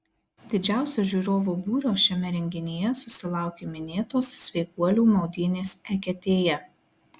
didžiausio žiūrovų būrio šiame renginyje susilaukė minėtos sveikuolių maudynės eketėje